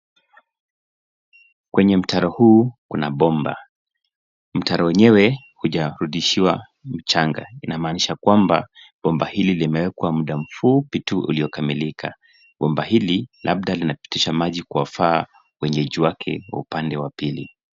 Kwenye mtaro huu kuna bomba. Mtaro enyewe haujarudishiwa mchanga, inamaanisha kwamba bomba hili limewekwa muda mfupi tu uliokamilika. Bomba hili labda linapitisha maji kuwafaa wenyeji wake wa upande wa pili.